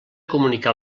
comunicar